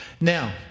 Now